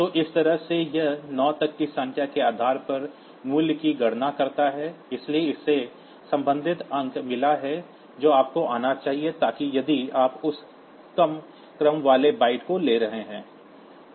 तो इस तरह से यह 9 तक की संख्या के आधार पर मूल्य की गणना करता है इसलिए इसे संबंधित अंक मिला है जो आपको आना चाहिए ताकि यदि आप उस कम क्रम वाले बाइट को ले रहे हैं